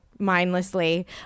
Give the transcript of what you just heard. Mindlessly